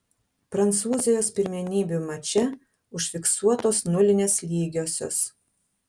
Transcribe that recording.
prancūzijos pirmenybių mače užfiksuotos nulinės lygiosios